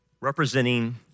representing